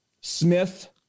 Smith